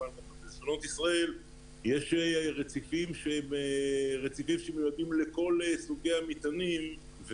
יש רציפים שהם רציפים שמיועדים לכל סוגי המטענים,